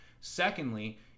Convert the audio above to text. Secondly